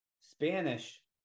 spanish